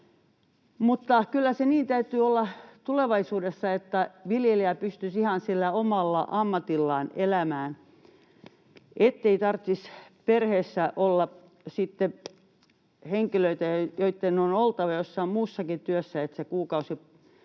Mutta kyllä sen niin täytyy olla tulevaisuudessa, että viljelijä pystyisi ihan sillä omalla ammatillaan elämään, ettei tarvitsisi perheessä sitten olla henkilöitä, joitten on oltava jossain muussakin työssä, että kuukausiansio